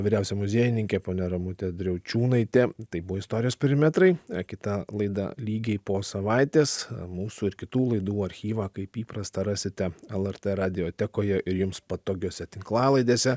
vyriausia muziejininkė ponia ramutė driaučiūnaitė tai buvo istorijos perimetrai kita laida lygiai po savaitės mūsų ir kitų laidų archyvą kaip įprasta rasite lrt radiotekoje ir jums patogiose tinklalaidėse